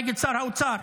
נגד שר האוצר.